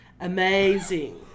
Amazing